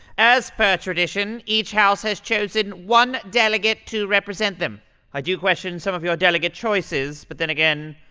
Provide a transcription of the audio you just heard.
as per tradition, each house has chosen one delegate to represent them i do question some of your delegate choices, but then again,